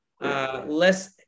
less